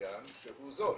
מסוים שהוא זול.